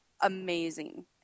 amazing